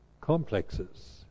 complexes